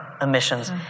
emissions